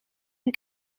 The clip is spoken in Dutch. een